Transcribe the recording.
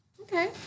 Okay